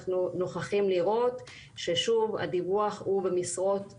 אנחנו נוכחים לראות ששוב הדיווח הוא במשרות זוטרות,